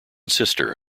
sister